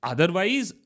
Otherwise